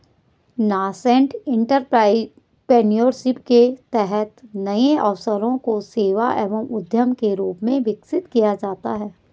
nascent entrepreneurship के तहत नए अवसरों को सेवा एवं उद्यम के रूप में विकसित किया जाता है